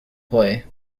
play